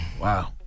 Wow